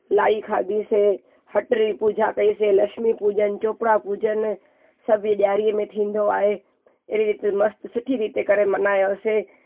लाई खाधियुसीं हटरी पूजा कईसीं लक्ष्मी पूॼन चोपड़ा पूॼन सभु हीअ ॾियारीअ में थींदो आहे अहिड़ी रीति मस्तु सुठी रीते करे मनायोसीं